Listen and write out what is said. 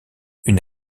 une